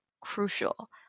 crucial